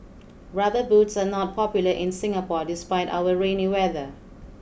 rubber boots are not popular in Singapore despite our rainy weather